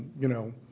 you know,